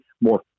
more